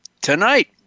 Tonight